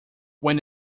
when